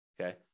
okay